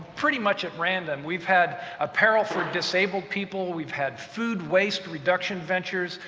pretty much at random, we've had apparel for disabled people, we've had food-waste-reduction ventures,